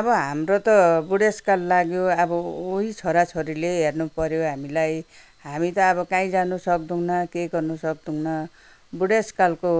अब हाम्रो त बुढेसकाल लाग्यो अब उही छोरा छोरीले हेर्नुपर्यो हामीलाई हामी त अब कहीँ जान सक्दैनौँ केही गर्न सक्दैनौँ बुढेसकालको